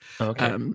Okay